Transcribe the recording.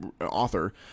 author